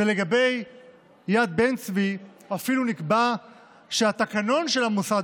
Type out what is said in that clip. ולגבי יד בן-צבי אפילו נקבע שהתקנון של המוסד